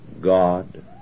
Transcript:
God